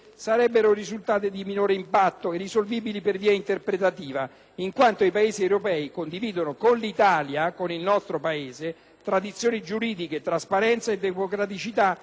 sarebbero risultate di minore impatto e risolvibili per via interpretativa, in quanto i Paesi europei condividono con l'Italia tradizioni giuridiche, trasparenza e democraticità